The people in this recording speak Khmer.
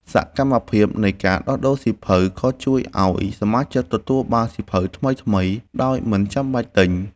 សកម្មភាពនៃការដោះដូរសៀវភៅ ក៏ជួយឱ្យសមាជិកទទួលបានសៀវភៅថ្មីៗដោយមិនចាំបាច់ទិញ។